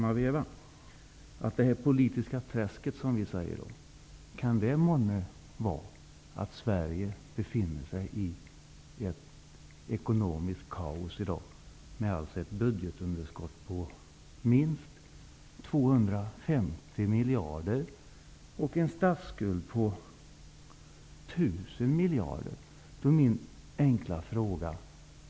Kan det politiska träsket bero på att Sverige befinner sig i ett ekonomiskt kaos, med ett budgetunderskott på minst 250 miljarder kronor och en statsskuld på 1 000 miljarder kronor?